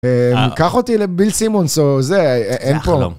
קח אותי לביל סימונס או זה, אין פה. זה החלום.